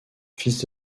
fils